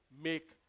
make